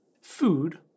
food